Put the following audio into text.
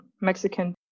Mexican